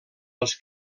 els